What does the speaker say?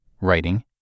writing